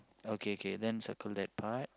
okay okay then circle that part